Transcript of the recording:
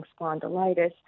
spondylitis